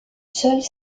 seule